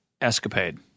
escapade